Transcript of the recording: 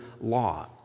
law